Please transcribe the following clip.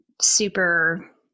super